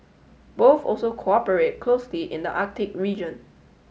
both also cooperate closely in the Arctic region